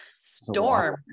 storm